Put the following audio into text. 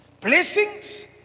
Blessings